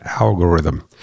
algorithm